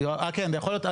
זה יכול להיות,